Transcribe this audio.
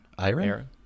Aaron